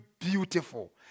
beautiful